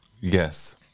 Yes